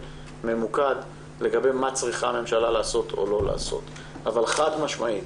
ממוקד לגבי מה צריכה הממשלה לעשות או לא לעשות אבל חד-משמעית,